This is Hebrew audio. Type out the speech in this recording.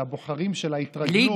היא קבוצה שהבוחרים שלה התרגלו,